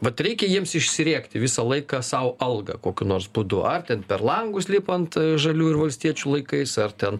vat reikia jiems išsirėkti visą laiką sau algą kokiu nors būdu ar ten per langus lipant žaliųjų ir valstiečių laikais ar ten